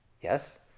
Yes